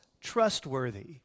trustworthy